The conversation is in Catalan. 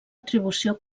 atribució